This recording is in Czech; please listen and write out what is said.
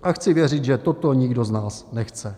A chci věřit, že toto nikdo z nás nechce.